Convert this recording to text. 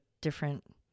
different